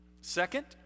Second